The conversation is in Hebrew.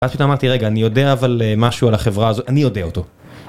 אז פתאום אמרתי, רגע, אני יודע אבל משהו על החברה הזאת, אני יודע אותו.